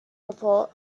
report